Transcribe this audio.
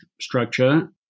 structure